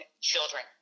children